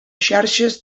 xarxes